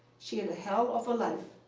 she had a hell of a life,